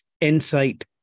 Insight